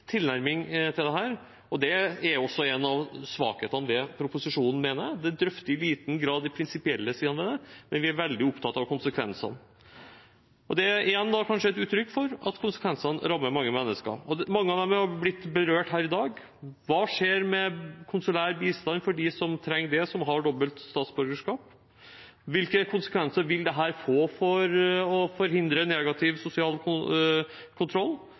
av svakhetene ved proposisjonen. Den drøfter i liten grad de prinsipielle sidene ved det, men vi er veldig opptatt av konsekvensene. Det er kanskje igjen et uttrykk for at konsekvensene rammer mange mennesker, og mange av dem har blitt berørt her i dag. Hva skjer med konsulær bistand for dem som trenger det, som har dobbelt statsborgerskap? Hvilke konsekvenser vil dette få for å forhindre negativ sosial kontroll?